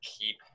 keep